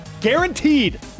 guaranteed